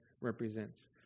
represents